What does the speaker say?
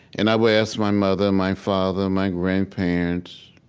and i would ask my mother and my father, my grandparents,